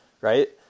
right